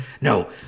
no